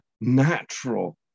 natural